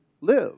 live